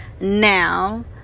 now